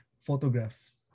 photograph